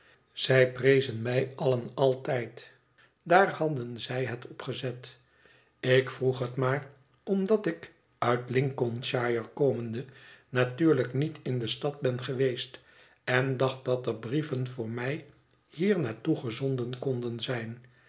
zij prezen mij allen altijd daar hadden zij het op gezet ik vroeg het maar omdat ik uitlincolnshire komende natuurlijk niet in de stad ben geweest en dacht dat er brieven voor mij hier naar toe gezonden konden zijn